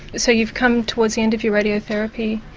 so you've come towards the end of your radiotherapy?